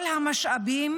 כל המשאבים